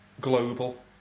global